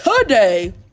today